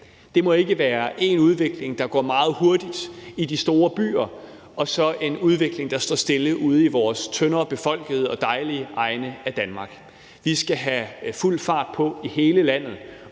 Det må ikke være en udvikling, der går meget hurtigt i de store byer, men som står stille ude i de tyndere befolkede og dejlige egne af Danmark. Vi skal have fuld fart på i hele landet,